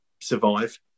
survive